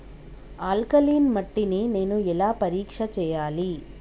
Alkaline మట్టి ని నేను ఎలా పరీక్ష చేయాలి?